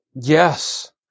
Yes